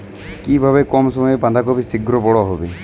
কিভাবে কম সময়ে বাঁধাকপি শিঘ্র বড় হবে?